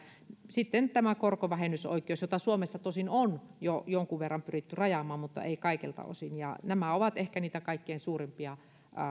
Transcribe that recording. sitten on tämä korkovähennysoikeus jota suomessa tosin on jo jonkun verran pyritty rajaamaan mutta ei kaikilta osin nämä ovat ehkä niitä kaikkein suurimpia